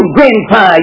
Grandpa